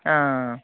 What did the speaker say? आं